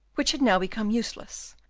which had now become useless,